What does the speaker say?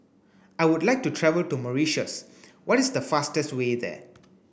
I would like to travel to Mauritius what is the fastest way there